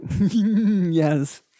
yes